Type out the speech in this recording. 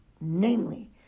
namely